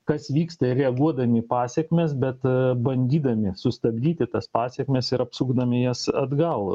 kas vyksta reaguodami į pasekmes bet bandydami sustabdyti tas pasekmes ir apsukdami jas atgal